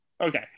Okay